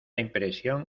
impresión